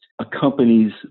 accompanies